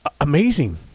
amazing